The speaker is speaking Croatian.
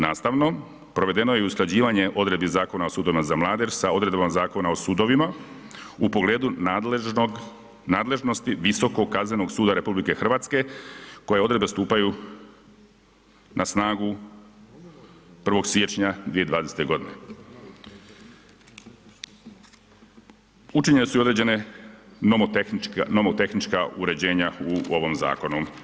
Nastavno, provedeno je usklađivanje odredbi Zakona o sudovima za mladež sa odredbama Zakona o sudovima u pogledu nadležnosti Visokog kaznenog suda RH koje odredbe stupaju na snagu 1. siječnja 2020. g. Učinjene su i određene nomotehnička uređenja u ovom zakonu.